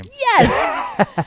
Yes